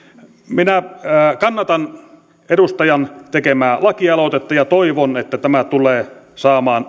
minä kannatan edustajan tekemää lakialoitetta ja toivon että tämä tulee saamaan